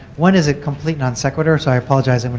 one is a complete non sequitur. so i apologize, and but